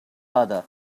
other